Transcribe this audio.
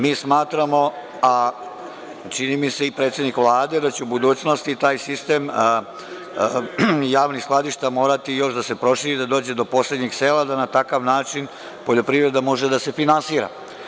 Mi smatramo, a čini mi se i predsednik Vlade, da će u budućnosti taj sistem javnih skladišta morati još da se proširi, da dođe do poslednjeg sela, da na takav način poljoprivreda može da se finansira.